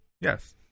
Yes